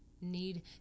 need